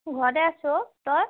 ঘৰতে আছোঁ অঁ তই